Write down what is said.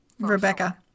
rebecca